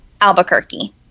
albuquerque